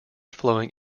flowing